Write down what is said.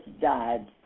died